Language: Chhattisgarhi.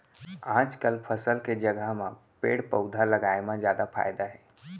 आजकाल फसल के जघा म पेड़ पउधा लगाए म जादा फायदा हे